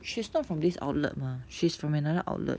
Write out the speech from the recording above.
she's not from this outlet mah she's from another outlet